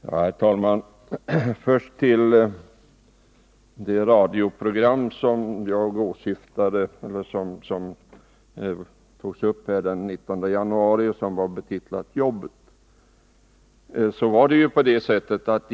Herr talman! Först till det radioprogram från den 19 januari som är aktuellt här och som var betitlat Jobbet.